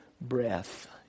breath